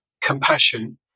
compassion